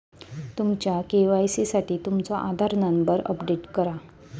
तुमच्या के.वाई.सी साठी तुमचो आधार नंबर अपडेट करा